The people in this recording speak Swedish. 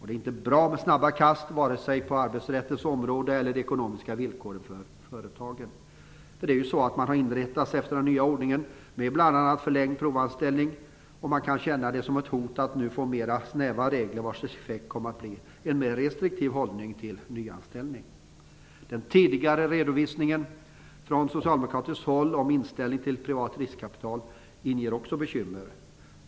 Det är inte bra med snabba kast vare sig på arbetsrättens område eller när det gäller de ekonomiska villkoren för företagen. Man har inrättat sig efter den nya ordningen med bl.a. förlängd provanställning, och man kan känna det som ett hot att nu få mer snäva regler, vars effekt kommer att bli en mer restriktiv hållning till nyanställning. Den tidigare redovisningen från socialdemokratiskt håll om inställningen till privat riskkapital ger också bekymmer.